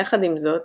יחד עם זאת,